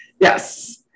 Yes